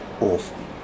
awful